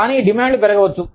కానీ డిమాండ్లు పెరగవచ్చు